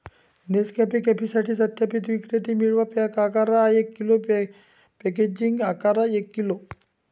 Nescafe कॉफीसाठी सत्यापित विक्रेते मिळवा, पॅक आकार एक किलो, पॅकेजिंग आकार एक किलो